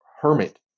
hermit